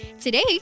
Today